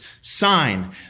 sign